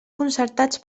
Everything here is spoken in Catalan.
concertats